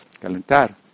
calentar